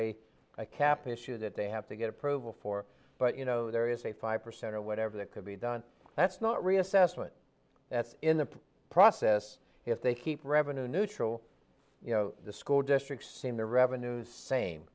a cap issue that they have to get approval for but you know there is a five percent or whatever that could be done that's not reassessment that's in the process if they keep revenue neutral you know the school districts seen their revenues same